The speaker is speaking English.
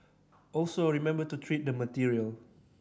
also remember to treat the material